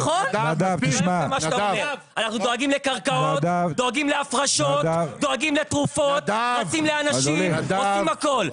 אנחנו דואגים לקרקעות; להפרשות; תרופות; עוזרים לאנשים; עושים הכל.